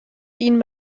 ihnen